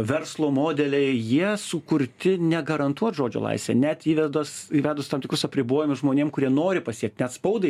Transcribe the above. verslo modeliai jie sukurti ne garantuot žodžio laisvę net įvedas įvedus tam tikrus apribojimus žmonėm kurie nori pasiekt net spaudai